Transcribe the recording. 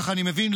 ככה אני מבין,